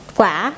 quả